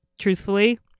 Truthfully